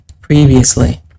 previously